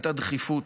והייתה דחיפות,